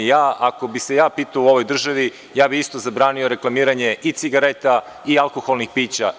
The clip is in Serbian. Ako bih se ja pitao u ovoj državi, ja bih isto zabranio reklamiranje i cigareta i alkoholnih pića.